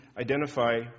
identify